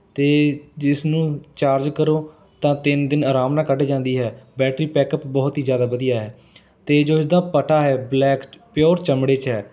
ਅਤੇ ਜਿਸ ਨੂੰ ਚਾਰਜ ਕਰੋ ਤਾਂ ਤਿੰਨ ਦਿਨ ਆਰਾਮ ਨਾਲ ਕੱਢ ਜਾਂਦੀ ਹੈ ਬੈਟਰੀ ਪੈਕਅਪ ਬਹੁਤ ਹੀ ਜ਼ਿਆਦਾ ਵਧੀਆ ਹੈ ਅਤੇ ਜੋ ਇਸਦਾ ਪਟਾ ਹੈ ਬਲੈਕ ਪਿਉਰ ਚਮੜੇ 'ਚ ਹੈ